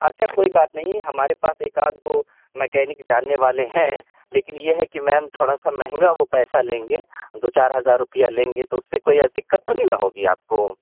اچھا کوئی بات نہیں ہمارے پاس ایک آدھ گو مکینک جاننے والے ہیں لیکن یہ ہے کہ میم تھوڑا سا مہنگا وہ پیسہ لیں گے دو چار ہزار روپیہ لیں گے تو اس سے کوئی دکت تو نہیں نا ہوگی آپ کو